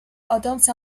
ادامس